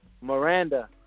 Miranda